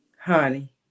Honey